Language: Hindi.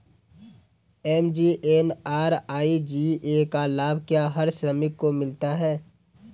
एम.जी.एन.आर.ई.जी.ए का लाभ क्या हर श्रमिक को मिलता है?